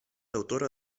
autora